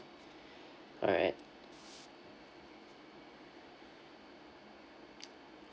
alright